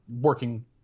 working